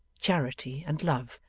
charity, and love,